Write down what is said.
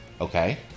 Okay